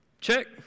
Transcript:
Check